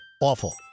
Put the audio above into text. awful